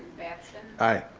batson. i.